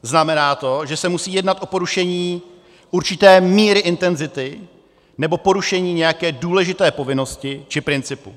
Znamená to, že se musí jednat o porušení určité míry intenzity nebo porušení nějaké důležité povinnosti či principu.